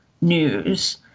news